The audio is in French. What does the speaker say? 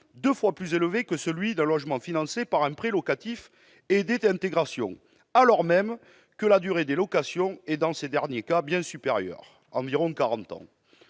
deux fois plus élevé que celui d'un logement financé par un prêt locatif aidé d'intégration, alors même que la durée des locations, dans ces derniers cas, est bien supérieure- environ quarante